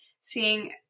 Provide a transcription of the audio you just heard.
seeing